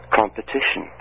competition